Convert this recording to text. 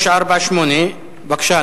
948. בבקשה,